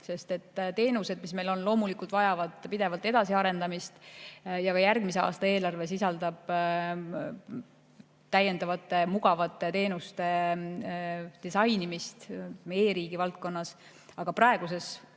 Teenused, mis meil on, loomulikult vajavad pidevalt edasiarendamist. Ka järgmise aasta eelarve sisaldab täiendavate mugavate teenuste disainimist e-riigi valdkonnas. Aga praeguses